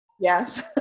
Yes